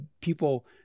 People